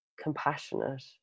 compassionate